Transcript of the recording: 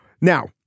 Now